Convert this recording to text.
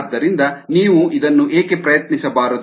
ಆದ್ದರಿಂದ ನೀವು ಇದನ್ನು ಏಕೆ ಪ್ರಯತ್ನಿಸಬಾರದು